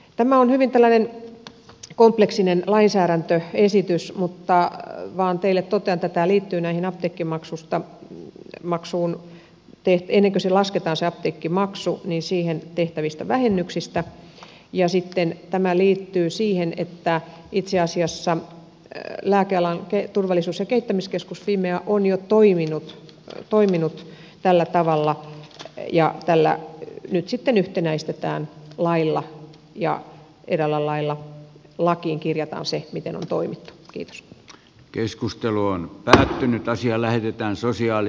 tämä on hyvin tällainen kompleksinen lainsäädäntöesitys mutta teille totean vain että tämä liittyy apteekkimaksuun tehtäviin vähennyksiin jotka tehdään ennen kuin se apteekkimaksu lasketaan ja sitten tämä liittyy siihen että itse asiassa lääkealan turvallisuus ja kehittämiskeskus fimea on jo toiminut tällä tavalla ja tällä lailla nyt sitten yhtenäistetään ja eräällä lailla lakiin kirjataan se miten on toimittu